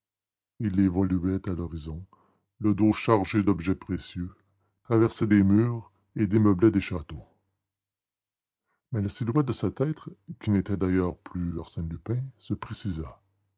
il évoluait à l'horizon le dos chargé d'objets précieux traversait des murs et démeublait des châteaux mais la silhouette de cet être qui n'était d'ailleurs plus arsène lupin se précisa